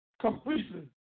completely